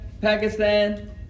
Pakistan